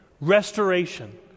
restoration